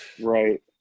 Right